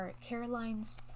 Caroline's